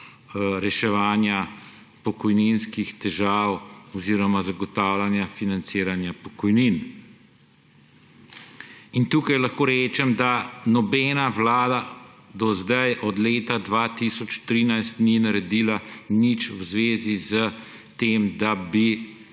reševanja pokojninskih težav oziroma zagotavljanje financiranja pokojnin. In tukaj lahko rečem, da nobena vlada do sedaj od leta 2013 ni naredila nič v zvezi s tem, da bi